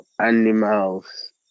animals